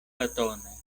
platone